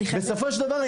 בסופו של דבר,